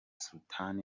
sultan